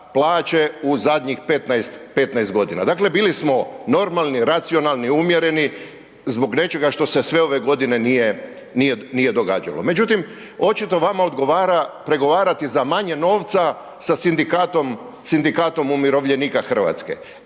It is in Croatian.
plaće u zadnjih 15, 15.g. Dakle, bili smo normalni, racionalni, umjereni zbog nečega što se sve ove godine nije, nije, nije događalo. Međutim, očito vama odgovara pregovarati za manje novca sa sindikatom, Sindikatom umirovljenika Hrvatske,